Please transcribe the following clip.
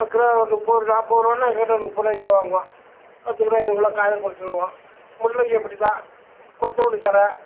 kilo ஒரு முப்பது நாற்பது ரூபானா எங்ககிட்டே முப்பது ருபாய்க்கு தான் வாங்குவான் பத்து கிலோ இருபது கிலோ காயை கொடுத்துருவோம் முள்ளங்கி அப்படி தான் கொத்தமல்லி தழை